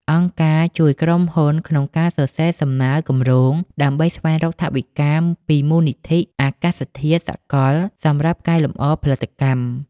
អង្គការអាចជួយក្រុមហ៊ុនក្នុងការសរសេរសំណើគម្រោង ដើម្បីស្វែងរកថវិកាពីមូលនិធិអាកាសធាតុសកលសម្រាប់កែលម្អផលិតកម្ម។